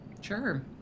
Sure